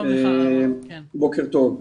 בוקר טוב.